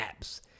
apps